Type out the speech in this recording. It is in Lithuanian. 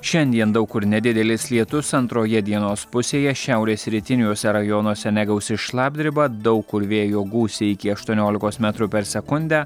šiandien daug kur nedidelis lietus antroje dienos pusėje šiaurės rytiniuose rajonuose negausi šlapdriba daug kur vėjo gūsiai iki aštuoniolikos metrų per sekundę